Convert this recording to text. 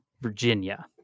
Virginia